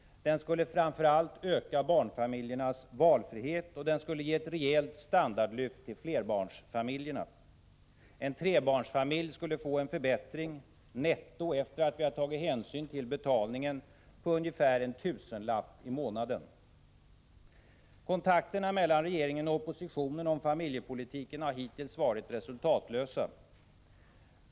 Den skulle framför allt öka barnfamiljernas valfrihet och ge ett rejält standardlyft för flerbarnsfamiljerna. En trebarnsfamilj skulle få en förbättring — netto, efter det att vi har tagit hänsyn till betalningen — på ungefär en tusenlapp i månaden. Kontakterna mellan regeringen och oppositionen om familjepolitiken har hittills varit resultatlösa.